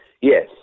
Yes